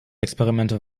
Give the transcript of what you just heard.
experimente